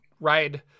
ride